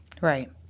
Right